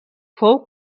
fou